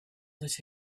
that